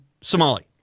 Somali